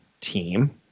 team